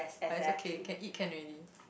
but it's okay can eat can already